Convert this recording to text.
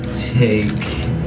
take